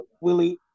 Willie